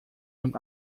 und